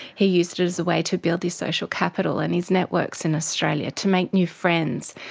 he used it as a way to build his social capital and his networks in australia, to make new friends.